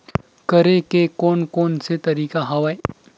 करे के कोन कोन से तरीका हवय?